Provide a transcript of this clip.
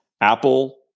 Apple